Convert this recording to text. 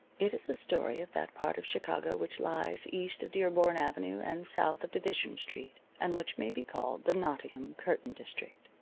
it is a story of that part of chicago which lies east of dearborn avenue and south of division street, and which may be called the nottingham curtain district.